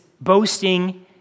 boasting